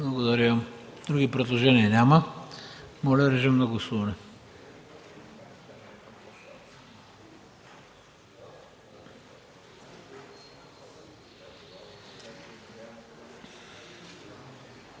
Благодаря. Други предложения няма. Моля, режим на гласуване.